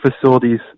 facilities